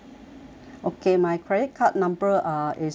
okay my credit card number uh is uh